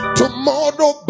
tomorrow